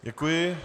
Děkuji.